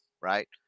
Right